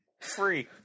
Free